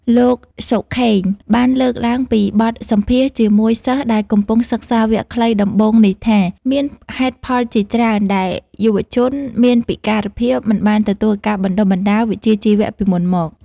លោក សុខៀង បានលើកឡើងពីបទសម្ភាសន៍ជាមួយសិស្សដែលកំពុងសិក្សាវគ្គខ្លីដំបូងនេះថា មានហេតុផលជាច្រើនដែលយុវជនមានពិការភាពមិនបានទទួលការបណ្តុះបណ្តាលវិជ្ជាជីវៈពីមុនមក។